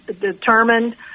determined